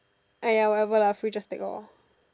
!aiya! whatever lah free just take lor